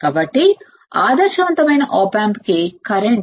కాబట్టి ideal op amp కి current